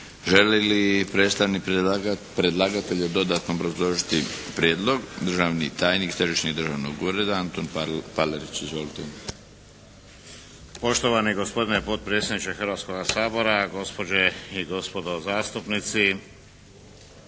predlagatelja dodatno obrazložiti prijedlog? Državni tajnik Središnjeg državnog ureda Antun Palarić. Izvolite. **Palarić, Antun** Poštovani gospodine potpredsjedniče Hrvatskoga sabora, gospođe i gospodo zastupnici.